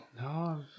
No